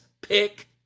Pick